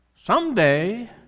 Someday